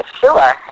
sure